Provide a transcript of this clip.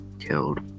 killed